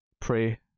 pray